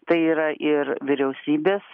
tai yra ir vyriausybės